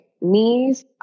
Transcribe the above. knees